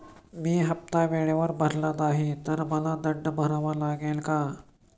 मी हफ्ता वेळेवर भरला नाही तर मला दंड भरावा लागेल का?